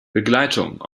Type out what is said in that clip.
begleitung